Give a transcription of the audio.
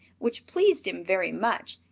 which pleased him very much,